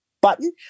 button